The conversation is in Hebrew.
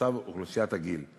מצב אוכלוסיית הגיל.